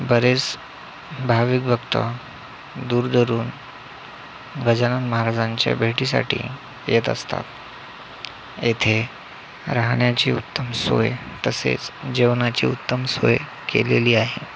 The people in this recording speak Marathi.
बरेच भाविक भक्त दूरदूरून गजानन महाराजांच्या भेटीसाठी येत असतात येथे राहण्याची उत्तम सोय तसेच जेवणाची उत्तम सोय केलेली आहे